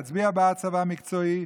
להצביע בעד צבא מקצועי,